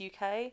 UK